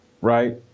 right